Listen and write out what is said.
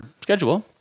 schedule